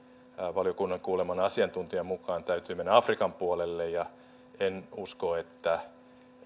valiokunnan kuuleman asiantuntijan mukaan täytyy mennä afrikan puolelle ja en usko että